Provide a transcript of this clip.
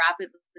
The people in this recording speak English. rapidly